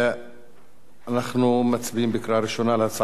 אנחנו מצביעים בקריאה ראשונה על הצעת חוק משפחות